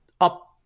up